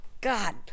god